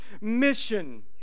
mission